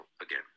again